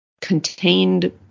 contained